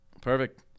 Perfect